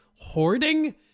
hoarding